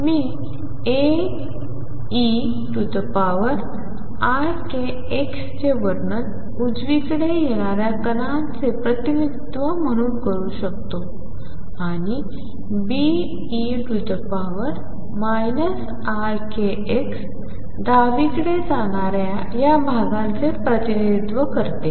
मी Aeikx चे वर्णन उजवीकडे येणाऱ्या कणांचे प्रतिनिधित्व म्हणून करू शकतो आणि Be ikx डावीकडे जाणाऱ्या या भागांचे प्रतिनिधित्व करतो